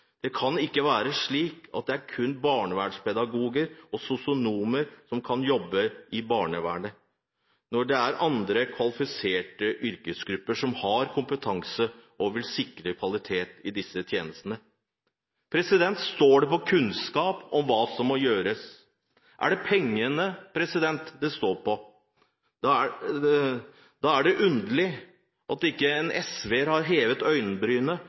Det kan ikke være slik at det er kun barnevernspedagoger og sosionomer som kan jobbe i barnevernet, når det er andre kvalifiserte yrkesgrupper som har kompetanse, og som vil sikre kvalitet i disse tjenestene. Står det på kunnskap om hva som må gjøres? Er det pengene det står på? Da er det underlig at ikke en SV-er har hevet